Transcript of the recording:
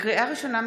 לקריאה ראשונה,